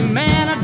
man